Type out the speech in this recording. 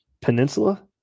Peninsula